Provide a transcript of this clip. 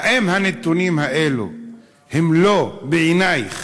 האם הנתונים האלה אינם בעינייך